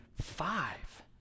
five